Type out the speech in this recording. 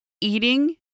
eating